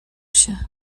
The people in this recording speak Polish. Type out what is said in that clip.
się